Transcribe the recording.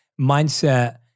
mindset